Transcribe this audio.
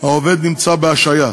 העובד נמצא בהשעיה.